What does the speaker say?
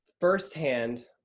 firsthand